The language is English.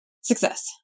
Success